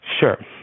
Sure